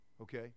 okay